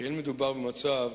שאין מדובר במצב